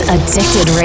Addicted